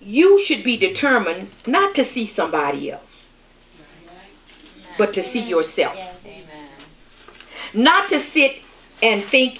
you should be determined not to see somebody else but to see yourself not to see it and think